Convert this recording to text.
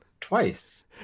twice